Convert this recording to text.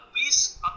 Please